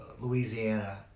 Louisiana